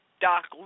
Doc